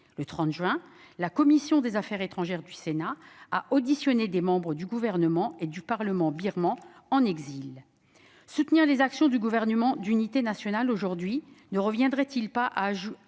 Le 30 juin, la commission des affaires étrangères du Sénat a auditionné des membres du Gouvernement et du Parlement birman en exil. Soutenir les actions du Gouvernement d'unité nationale aujourd'hui ne reviendrait-il pas à verser